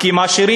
כי הם עשירים.